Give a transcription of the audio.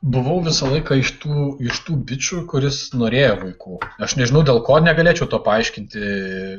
buvau visą laiką iš tų iš tų bičių kuris norėjo vaikų aš nežinau dėl ko negalėčiau to paaiškinti